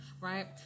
right